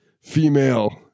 female